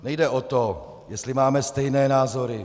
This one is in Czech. Nejde o to, jestli máme stejné názory.